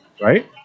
right